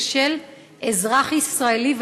כשל אזרח ישראלי,